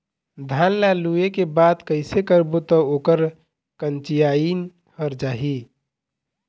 धान ला लुए के बाद कइसे करबो त ओकर कंचीयायिन हर जाही?